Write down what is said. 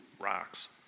rocks